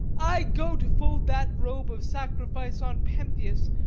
i go to fold that robe of sacrifice on pentheus,